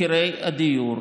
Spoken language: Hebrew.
מחירי הדיור,